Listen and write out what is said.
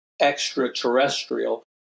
extraterrestrial